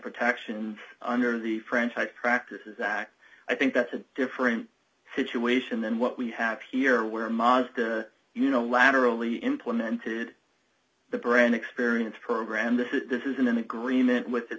protection under the french i practice that i think that's a different situation than what we have here where mazda unilaterally implemented the brain experience program this isn't in agreement with